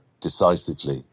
decisively